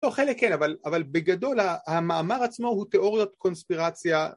‫לא, חלק כן, אבל... אבל בגדול, ‫ה... המאמר עצמו הוא תיאוריות קונספירציה.